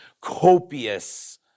copious